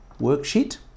worksheet